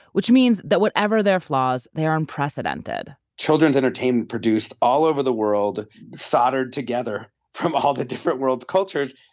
which means that whatever their flaws, they are unprecedented children's entertainment produced all over the world soldered together from all the different world's cultures.